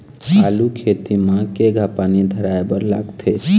आलू खेती म केघा पानी धराए बर लागथे?